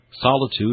Solitude